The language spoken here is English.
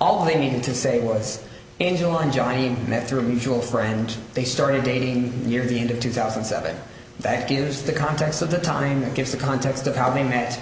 all they need to say words angela enjoying met through a mutual friend they started dating near the end of two thousand and seven that gives the context of the timing and gives the context of how they met